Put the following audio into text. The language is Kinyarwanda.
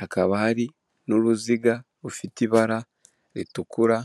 hakaba hari n'uruziga rufite ibara ritukura.